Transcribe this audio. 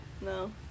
No